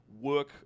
work